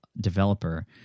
developer